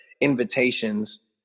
invitations